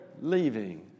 leaving